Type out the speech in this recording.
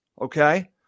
Okay